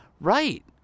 right